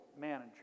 manager